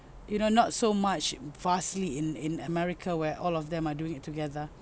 you know not so much vastly in in America where all of them are doing it together